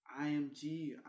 IMG